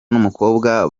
n’umukobwa